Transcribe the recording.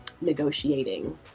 negotiating